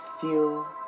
feel